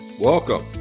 Welcome